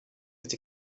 with